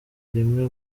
rimwe